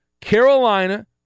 Carolina